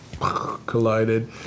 collided